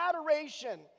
adoration